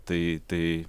tai tai